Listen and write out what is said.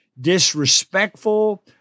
disrespectful